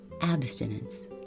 abstinence